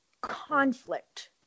conflict